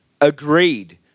Agreed